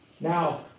Now